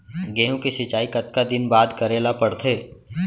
गेहूँ के सिंचाई कतका दिन बाद करे ला पड़थे?